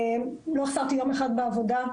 לא עצרתי יום אחד בעבודה,